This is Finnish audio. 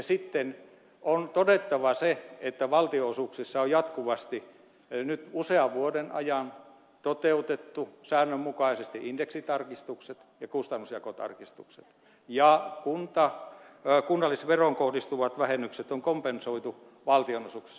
sitten on todettava se että valtionosuuksissa on jatkuvasti nyt usean vuoden ajan toteutettu säännönmukaisesti indeksitarkistukset ja kustannusjakotarkistukset ja kunnallisveroon kohdistuvat vähennykset on kompensoitu valtionosuuksissa